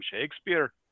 Shakespeare